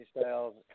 Styles